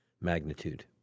magnitude